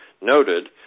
noted